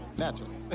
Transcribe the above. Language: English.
naturally. but